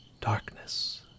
darkness